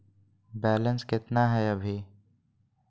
Balance केतना हय अभी?